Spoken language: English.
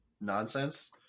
nonsense